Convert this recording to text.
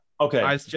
Okay